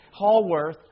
Hallworth